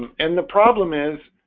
and the problem is